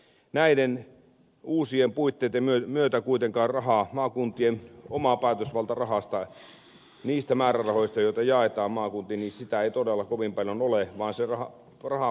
näiden uusien puitteiden myötä kuitenkaan maakuntien omaa päätösvaltaa rahasta niistä määrärahoista joita jaetaan maakuntiin ei todella kovin paljon ole